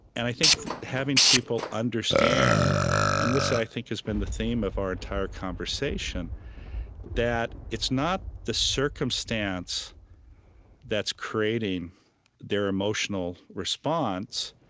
and i think having people understand and this, i think, has been the theme of our entire conversation that it's not the circumstance that's creating their emotional response.